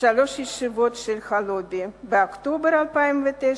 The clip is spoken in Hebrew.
שלוש ישיבות של הלובי: באוקטובר 2009,